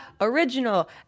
original